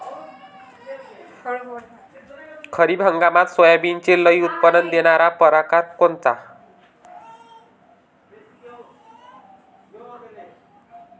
खरीप हंगामात सोयाबीनचे लई उत्पन्न देणारा परकार कोनचा?